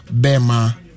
Bema